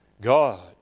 God